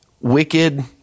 wicked